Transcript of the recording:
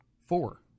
Four